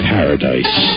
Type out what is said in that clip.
Paradise